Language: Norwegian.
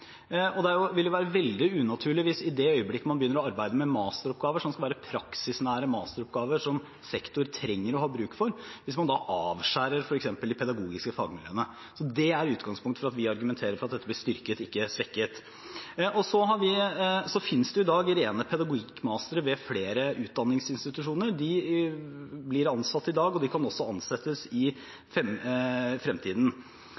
Og det ville være veldig unaturlig hvis man i det øyeblikk man begynner å jobbe med masteroppgaver, som skal være praksisnære masteroppgaver som sektoren trenger og har bruk for, avskjærer f.eks. de pedagogiske fagmiljøene. Det er utgangspunktet for at vi argumenterer for at dette blir styrket, ikke svekket. Det finnes i dag rene pedagogikkmastere ved flere utdanningsinstitusjoner. De blir ansatt i dag, og de kan også ansettes i fremtiden.